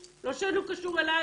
לא שאינו קשור אליך,